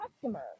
customer